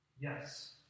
Yes